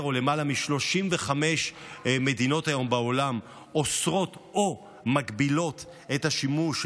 למעלה מ-35 מדינות היום בעולם אוסרות או מגבילות את השימוש,